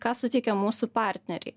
ką suteikia mūsų partneriai